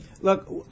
Look